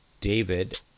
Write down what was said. david